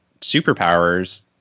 superpowers